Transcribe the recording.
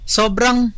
Sobrang